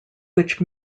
which